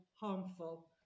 harmful